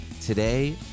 Today